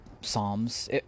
psalms